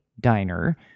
Diner